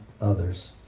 others